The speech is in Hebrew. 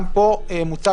גם פה מוצע,